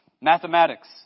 mathematics